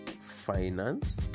finance